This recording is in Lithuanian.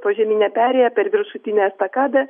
požeminę perėją per viršutinę estakadą